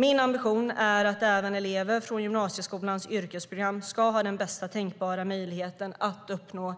Min ambition är att även elever från gymnasieskolans yrkesprogram ska ha den bästa tänkbara möjligheten att uppnå